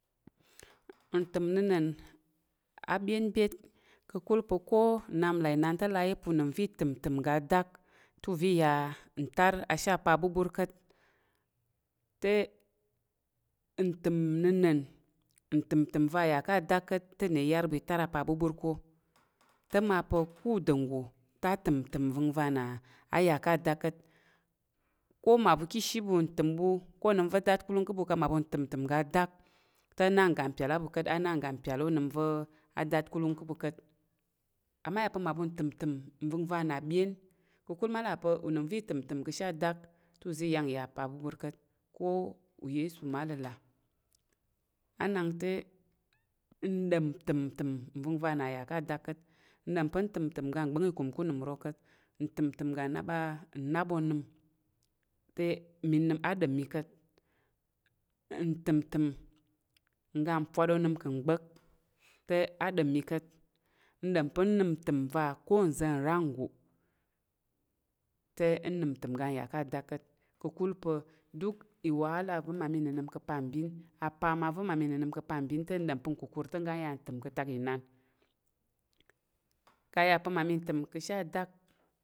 Ntəm nna̱na̱n a byən byət ka̱kul pa̱ ko nnap là inan te la ayi pa̱ unəm və itəm- ntəm ga dák te uvə iya ntar ashe ápá bubur kat. Te ntəm nnənən, ntəm- təm vá yá ká dák ka̱tte nna iyar bu itar ápá bubur ka̱. Te ma pa ko udango ta təm- ntəm vəngva na aya ka̱ a̱da̱k ka̱t. ko onəm va datkəlung kə bu ká mmaɓu kə təm- təm ga adak tə na ngapyal aɓu kat, ana ngapyal onəm və datkəlung kəbu kat. Amma áyá pə mmabu təm- ntəm nvəngva na byen, kəkul ma la pa̱ unəm və itəm- ntəm kə she adak te uvə iyang ya apabubur kat, k uyesu ma alela. Anang te ndom təm- təm nvəngva na ya ka adak kat. Ndom pa ntəm- təm ga gbong ikum ku unəm ro kat. Ntəm- təm ga nnap a, nnap onəm te mi nəm a dom mi kat. Ntəm- təm ga npwat ónəm ka̱ gba̱k te adom mi kat. Ndom pa̱ nnəm ntəm va ko nza̱ ra nggo te nnəm ga nya ka̱ dak ka̱t. ka̱kul pa̱ iwahala va̱ mmami kə nənəm ká̱ pa nbin, apámá və nmami kə nənəm kə pa nbin te nɗom pa̱ nkukur te nga nya ntəm ka̱ tak inan. ká á yá pa̱ nmami kə təm kə she adak